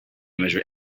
measure